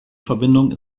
verbindung